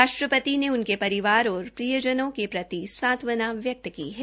राष्ट्रपति ने उनके परिवार और प्रियजनों के प्रति सांत्वना व्यक्त की है